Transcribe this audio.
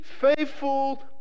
faithful